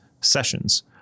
Sessions